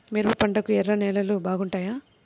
మిరప పంటకు ఎర్ర నేలలు బాగుంటాయా?